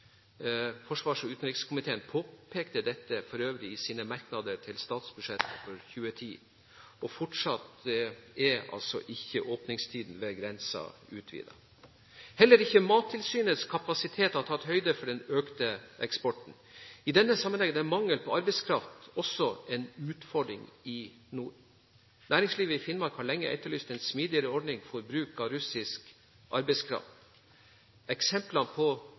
Forsvars- og utenrikskomiteen påpekte for øvrig dette i sine merknader til statsbudsjett for 2010 – og fortsatt er ikke åpningstiden ved grensen utvidet. Heller ikke Mattilsynets kapasitet har tatt høyde for den økte eksporten. I denne sammenheng er også mangel på arbeidskraft en utfordring i nord. Næringslivet i Finnmark har lenge etterlyst en smidigere ordning for bruk av russisk arbeidskraft. Eksemplene på